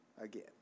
again